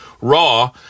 Raw